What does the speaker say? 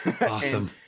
Awesome